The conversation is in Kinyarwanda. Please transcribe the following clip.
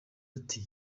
ati